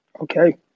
Okay